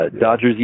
Dodgers